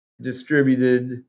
distributed